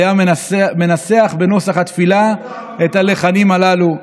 והיה מנסח בנוסח התפילה את הלחנים הללו.